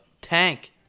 Tank